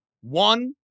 One